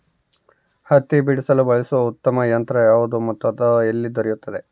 ಹತ್ತಿ ಬಿಡಿಸಲು ಬಳಸುವ ಉತ್ತಮ ಯಂತ್ರ ಯಾವುದು ಮತ್ತು ಎಲ್ಲಿ ದೊರೆಯುತ್ತದೆ?